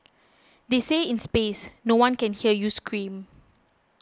they say in space no one can hear you scream